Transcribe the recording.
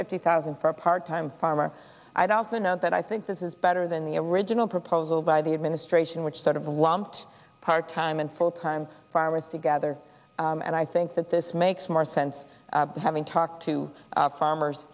fifty thousand for a part time farmer i'd also note that i think this is better than the original proposal by the administration which sort of lumped part time and full time farmers together and i think that this makes more sense than having talked to farmers